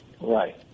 Right